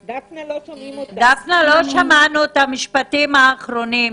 דפנה, לא שמענו את המשפטים האחרונים.